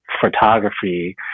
photography